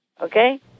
okay